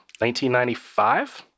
1995